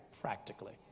practically